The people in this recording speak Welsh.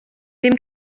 dim